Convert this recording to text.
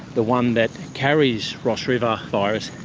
the one that carries ross river virus,